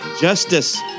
Justice